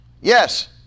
yes